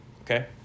okay